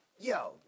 yo